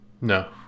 No